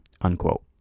Unquote